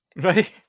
Right